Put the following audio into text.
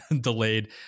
delayed